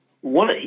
one